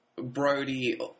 Brody